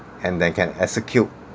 and then can execute